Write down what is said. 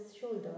shoulder